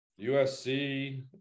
USC